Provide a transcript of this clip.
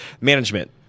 management